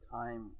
time